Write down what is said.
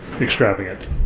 extravagant